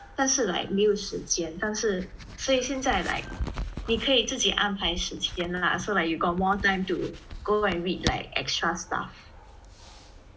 但是 like 没有时间但是所以现在 like 你可以自己安排时间 lah so like you got more time to go and read like extra stuff